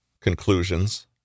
conclusions